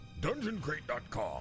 DungeonCrate.com